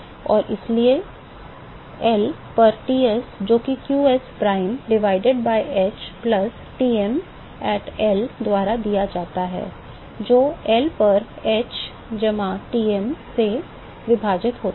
और इसलिए इसलिए L पर Ts जो कि q s prime divided by h plus Tm at L द्वारा दिया जाता है जो L पर h जमा Tm से विभाजित होता है